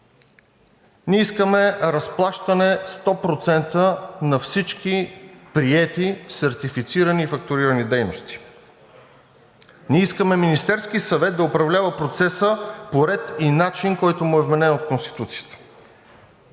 Ние искаме разплащане 100% на всички приети сертифицирани и фактурирани дейности. Ние искаме Министерският съвет да управлява процеса по ред и начин, който му е вменен от Конституцията.